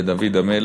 על דוד המלך: